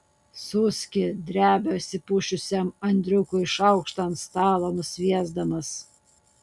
suski drebia išsipusčiusiam andriukui šaukštą ant stalo nusviesdamas